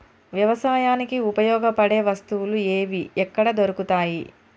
వ్యవసాయానికి ఉపయోగపడే వస్తువులు ఏవి ఎక్కడ దొరుకుతాయి?